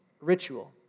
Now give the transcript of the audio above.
ritual